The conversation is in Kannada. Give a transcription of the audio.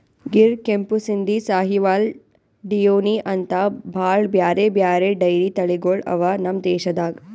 ಗಿರ್, ಕೆಂಪು ಸಿಂಧಿ, ಸಾಹಿವಾಲ್, ಡಿಯೋನಿ ಅಂಥಾ ಭಾಳ್ ಬ್ಯಾರೆ ಬ್ಯಾರೆ ಡೈರಿ ತಳಿಗೊಳ್ ಅವಾ ನಮ್ ದೇಶದಾಗ್